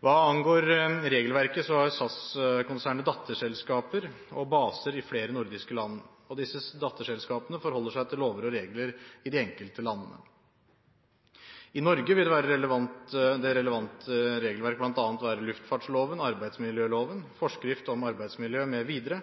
Hva angår regelverket har SAS-konsernet datterselskaper og baser i flere nordiske land. Disse datterselskapene forholder seg til lover og regler i de enkelte landene. I Norge vil det relevante regelverket bl.a. være